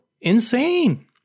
Insane